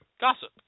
Gossip